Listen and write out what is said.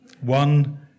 One